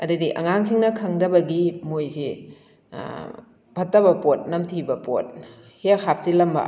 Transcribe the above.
ꯑꯗꯩꯗꯤ ꯑꯉꯥꯡꯁꯤꯡꯅ ꯈꯡꯗꯕꯒꯤ ꯃꯣꯏꯁꯦ ꯐꯠꯇꯕ ꯄꯣꯠ ꯅꯝꯊꯤꯕ ꯄꯣꯠ ꯍꯦꯛ ꯍꯥꯞꯆꯤꯜꯂꯝꯕ